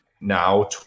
now